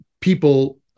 people